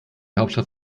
hauptstadt